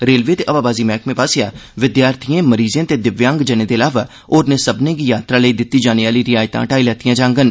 railway ते हवाबाजी मैहकमें आस्सेआ विद्यार्थियें मरीजें ते दिव्यांग जनें दे अलावा होरनें सब्बनें गी यात्रा लेई दिती जाने आहली रिआसतां हटाई लैतियां जांगन